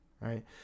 Right